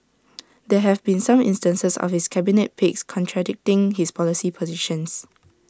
there have been some instances of his cabinet picks contradicting his policy positions